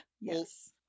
Yes